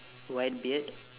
white beard